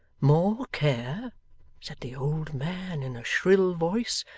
more care said the old man in a shrill voice,